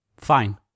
Fine